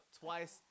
twice